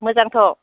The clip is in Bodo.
मोजांथ'